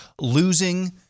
losing